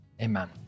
Amen